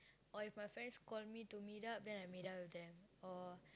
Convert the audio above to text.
or if my friends call me to meet up then I meet up with them or